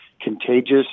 contagious